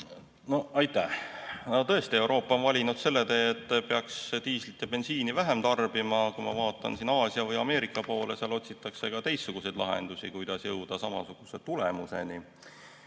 Aitäh! Tõesti, Euroopa on valinud selle tee, et peaks diislit ja bensiini vähem tarbima. Kui ma vaatan Aasia või Ameerika poole, siis näen, et seal otsitakse ka teistsuguseid lahendusi, kuidas jõuda samasuguse tulemuseni. Aga